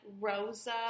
Rosa